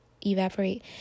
evaporate